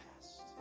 past